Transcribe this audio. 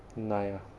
nine ah